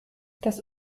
das